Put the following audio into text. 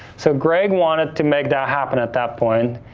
so, greg wanted to make that happen at that point.